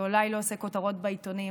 זה אולי לא עושה כותרות בעיתונים,